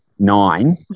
Nine